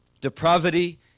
depravity